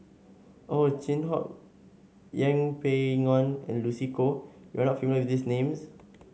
Ow Chin Hock Yeng Pway Ngon and Lucy Koh you are not familiar with these names